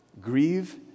grieve